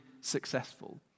successful